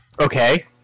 Okay